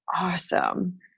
awesome